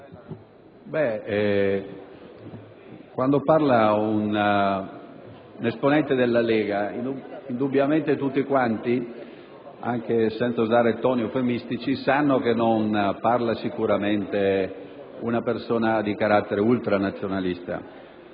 prende la parola un esponente della Lega, indubbiamente tutti quanti, anche senza usare toni eufemistici, sanno che a parlare non è sicuramente una persona di carattere ultranazionalista.